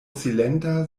silenta